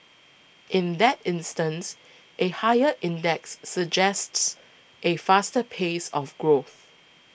in that instance a higher index suggests a faster pace of growth